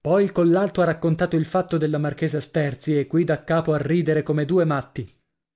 poi il collalto ha raccontato il fatto della marchesa sterzi e qui daccapo a ridere come due matti